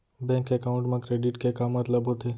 Bank account मा credit के का मतलब होथे?